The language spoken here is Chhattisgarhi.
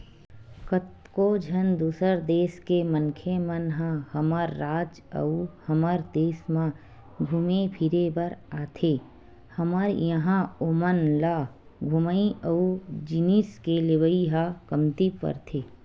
कतको झन दूसर देस के मनखे मन ह हमर राज अउ हमर देस म घुमे फिरे बर आथे हमर इहां ओमन ल घूमई अउ जिनिस के लेवई ह कमती परथे